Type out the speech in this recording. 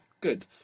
Good